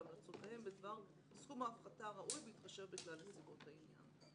והמלצותיהם בדבר סכום ההפחתה הראוי בהתחשב בכלל נסיבות העניין.